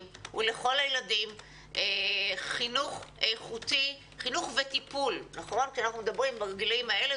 ולכל הילדים חינוך וטיפול איכותי כשאנחנו מדברים בגילים האלה,